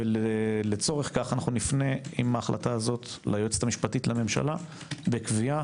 לשם כך נפנה עם ההחלטה הזו ליועצת המשפטית לממשלה בקביעה